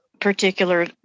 particular